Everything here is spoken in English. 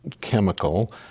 chemical